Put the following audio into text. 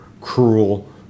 cruel